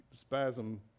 spasm